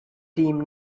team